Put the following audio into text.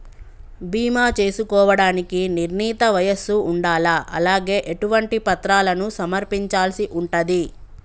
బీమా చేసుకోవడానికి నిర్ణీత వయస్సు ఉండాలా? అలాగే ఎటువంటి పత్రాలను సమర్పించాల్సి ఉంటది?